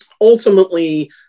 ultimately